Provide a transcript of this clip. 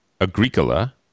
Agricola